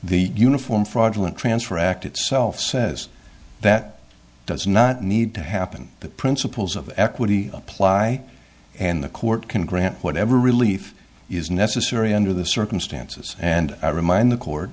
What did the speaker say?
fraudulent transfer act itself says that does not need to happen but principles of equity apply and the court can grant whatever relief is necessary under the circumstances and i remind the court